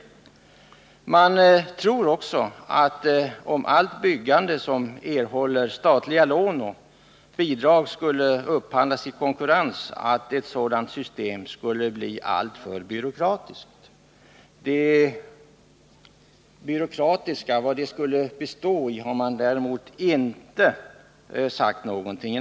Kommittén tror också att om allt byggande som erhåller statliga lån och bidrag skulle upphandlas i konkurrens, skulle ett sådant system bli alltför byråkratiskt. Vad det byråkratiska skulle bestå i har man däremot inte sagt något om.